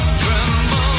tremble